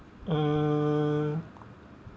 uh